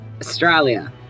Australia